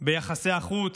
ביחסי החוץ,